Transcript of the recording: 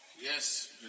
Yes